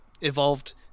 evolved